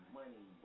money